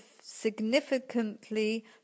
significantly